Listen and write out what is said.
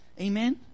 Amen